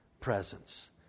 presence